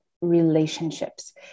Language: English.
relationships